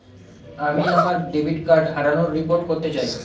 আমি আমার debit card হারানোর রিপোর্ট করতে চাই